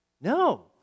No